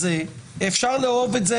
אפשר לאהוב את זה,